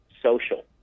social